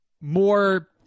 more